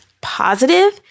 positive